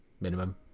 minimum